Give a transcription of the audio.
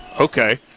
Okay